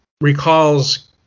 recalls